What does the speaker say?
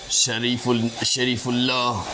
Shariful Sharif Allah